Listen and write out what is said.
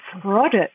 product